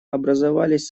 образовались